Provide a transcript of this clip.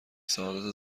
سعادت